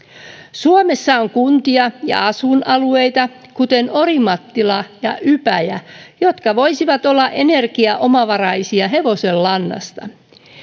suomessa on kuntia ja asuinalueita kuten orimattila ja ypäjä jotka voisivat olla energiaomavaraisia hevosenlannasta